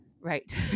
Right